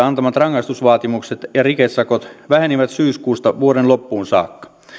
antamat rangaistusvaatimukset ja rikesakot vähenivät syyskuusta vuoden loppuun saakka